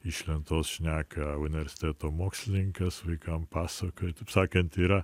iš lentos šneka universiteto mokslininkas vaikam pasakoja taip sakant yra